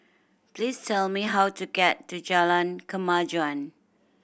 please tell me how to get to Jalan Kemajuan